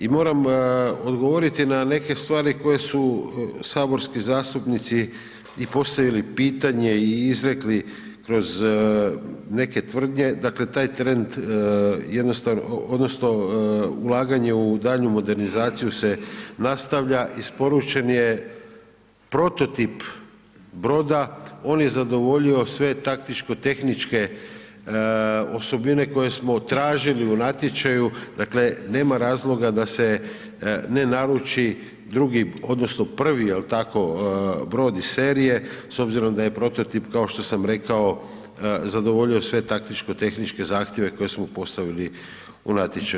I moram odgovoriti na neke stvari koje su saborski zastupnici i postavili pitanje i izrekli kroz neke tvrdnje, dakle taj trend jednostavno odnosno ulaganje u daljnju modernizaciju se nastavlja, isporučen je prototip broda, on je zadovoljio sve taktičko-tehničke osobine koje smo tražili u natječaju, dakle nema razloga da se ne naruči drugi odnosno prvi jel' tako, brod iz serije s obzirom da je prototip kao što sam rekao, zadovoljio sve taktičko-tehničke zahtjeve koje smo postavili u natječaju.